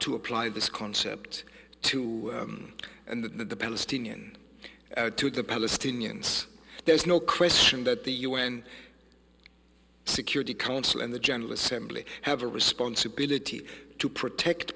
to apply this concept to and the palestinian to the palestinians there's no question that the u n security council and the general assembly have a responsibility to protect